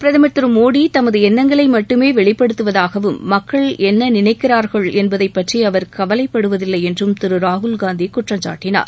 பிரதமர் திரு மோடி தமது எண்ணங்களை மட்டுமே வெளிப்படுத்துவதாகவும் மக்கள் என்ன நினைக்கிறார்கள் என்பதை பற்றி அவர் கவலைப்படுவதில்லை என்றும் திரு ராகுல் காந்தி குற்றம் சாட்டினார்